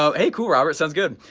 so hey cool robert, sounds good.